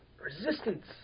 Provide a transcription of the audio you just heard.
resistance